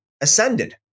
ascended